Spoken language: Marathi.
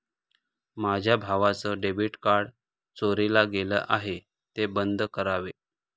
माझ्या भावाचं डेबिट कार्ड चोरीला गेलं आहे, ते बंद करावे